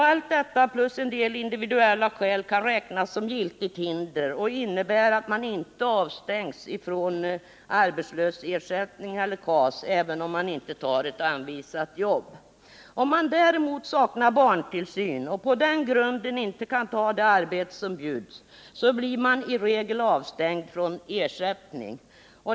Allt detta plus en del individuella skäl kan räknas som giltigt hinder och innebär att man inte avstängs från arbetslöshetsersättning eller KAS även om man inte tar anvisat jobb. Om man däremot saknar barntillsyn och på den grunden inte kan ta det arbete som bjuds blir man i regel avstängd från ersättning.